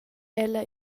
ella